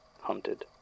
Hunted